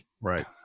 right